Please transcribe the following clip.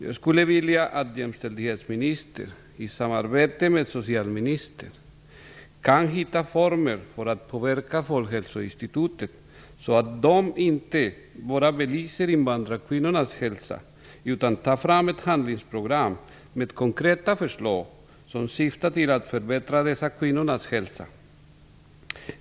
Jag skulle vilja att jämställdhetsministern i samarbete med socialministern kunde hitta former för att påverka Folkhälsoinstitutet så att inte bara invandrarkvinnornas hälsa belyses utan även ett handlingsprogram med konkreta förslag som syftar till att förbättra dessa kvinnors hälsa tas fram.